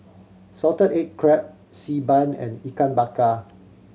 salted egg crab Xi Ban and Ikan Bakar